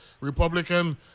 Republican